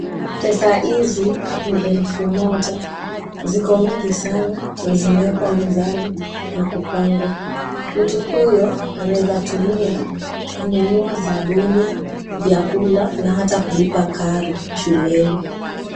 Pesa hizi ni elfu moja. Ziko mingi sana na zimewekwa mezani na kupangwa. Mtu huyo anaweza tumia kununua sabuni, vyakula na hata kulipa karo shuleni.